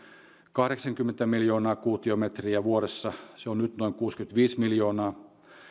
kahdeksankymmentä miljoonaa kuutiometriä vuodessa se on nyt noin kuusikymmentäviisi miljoonaa